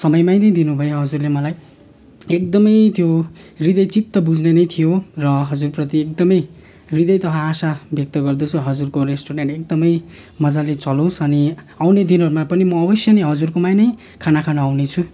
समयमै नै दिनुभयो हजुरले मलाई एकदमै त्यो हृदय चित्त बुझ्ने नै थियो र हजुरप्रति एकदमै हृदयतह आशा व्यक्त गर्दछु हजुरको रेस्टुरेन्ट एकदमै मज्जाले चलोस् अनि आउने दिनहरूमा पनि म अवश्यै नै हजुरकोमा नै खाना खानु आउने छु